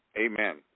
Amen